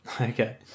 Okay